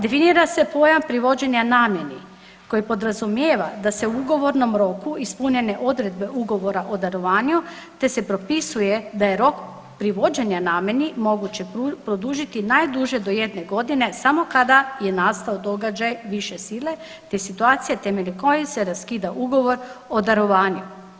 Definira se pojam privođenja namjeni koji podrazumijeva da se u ugovornom roku ispune one odredbe Ugovora o darovanja, te se propisuje da je rok privođenja namjeni moguće produžiti najduže do jedne godine samo kada je nastao događaj više sile, te situacija temeljem koje se raskida Ugovor o darovanju.